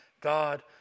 God